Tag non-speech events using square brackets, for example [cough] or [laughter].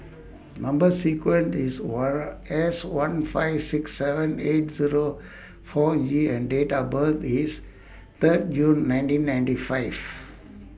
Number sequence IS [unintelligible] S one five six seven eight Zero four G and Date of birth IS Third June nineteen ninety five